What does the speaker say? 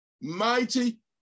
mighty